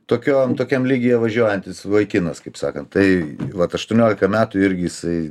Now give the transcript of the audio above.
tokiom tokiam lygyje važiuojantis vaikinas kaip sakant tai vat aštuoniolika metų irgi jisai